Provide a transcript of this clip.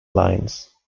lines